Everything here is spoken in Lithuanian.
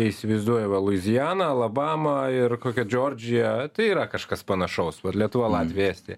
įsivaizduoja va luizianą alabamą ir kokią džordžiją tai yra kažkas panašaus vat lietuva latvija estija